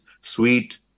sweet